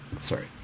Sorry